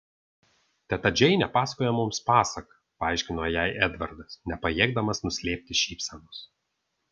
teta džeinė pasakoja mums pasaką paaiškino jai edvardas nepajėgdamas nuslėpti šypsenos